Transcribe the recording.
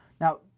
Now